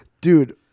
dude